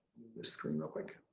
screen real quick.